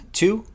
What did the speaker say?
two